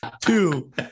Two